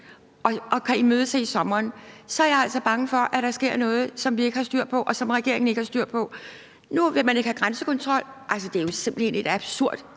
og kan imødese sommeren, sker noget, som vi ikke har styr på, og som regeringen ikke har styr på. Nu vil man ikke have grænsekontrol – altså, det er jo simpelt hen et absurd